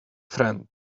friend